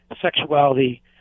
sexuality